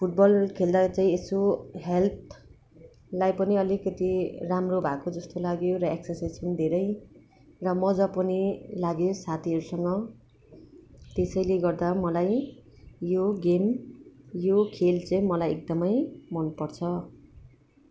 football खेल्दा चाहिँ यसो हेल्थलाई पनि अलिकति राम्रो भएको जस्तो लाग्यो र एक्सर्साइज पनि धेरै र मजा पनि लाग्यो साथीहरूसँग त्यसैले गर्दा मलाई यो गेम यो खेल चाहिँ मलाई एकदमै मन पर्छ